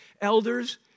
Elders